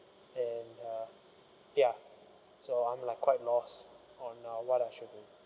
and uh ya so I'm like quite lost on uh what I should do